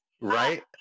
Right